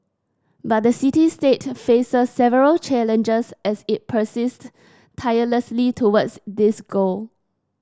but the city state faces several challenges as it persists tirelessly towards this goal